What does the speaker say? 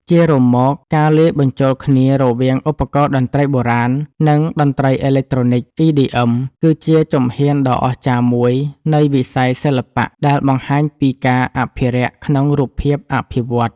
ជារួមមក ការលាយបញ្ចូលគ្នារវាងឧបករណ៍តន្ត្រីបុរាណ និងតន្ត្រីអេឡិចត្រូនិក EDM គឺជាជំហានដ៏អស្ចារ្យមួយនៃវិស័យសិល្បៈដែលបង្ហាញពីការអភិរក្សក្នុងរូបភាពអភិវឌ្ឍ។